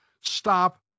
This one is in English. Stop